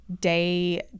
Day